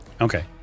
okay